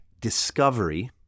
discovery